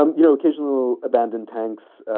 um you know, occasional abandoned tanks,